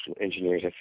engineers